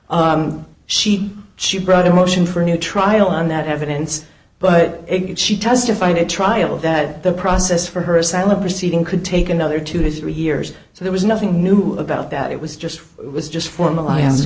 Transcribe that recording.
she she brought a motion for a new trial on that evidence but she testified at trial that the process for her asylum proceeding could take another two to three years so there was nothing new about that it was just it was just form